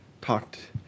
talked